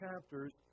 chapters